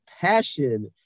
passion